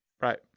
Right